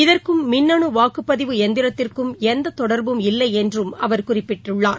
இதற்கும் மின்னணு வாக்குப்பதிவு எந்திரத்துக்கும் எந்த தொடர்பும் இல்லை என்றும் அவர் குறிப்பிட்டுள்ளார்